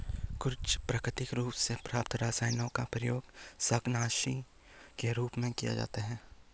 कुछ प्राकृतिक रूप से प्राप्त रसायनों का प्रयोग शाकनाशी के रूप में किया जाता है